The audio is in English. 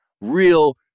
real